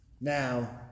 now